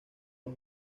dos